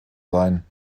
seien